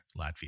Latvia